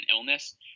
illness